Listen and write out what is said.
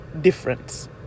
difference